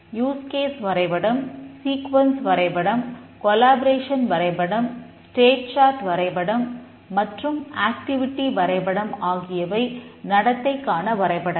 use case வரைபடம் ஆகியவை நடத்தைக்கான வரைபடங்கள்